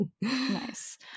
Nice